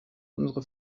unsere